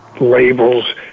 labels